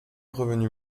revenu